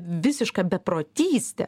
visišką beprotystę